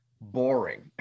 boring